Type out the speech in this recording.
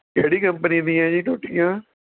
ਕਿਹੜੀ ਕੰਪਨੀ ਦੀਆਂ ਜੀ ਟੁੱਟੀਆਂ